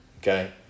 okay